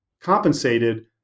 compensated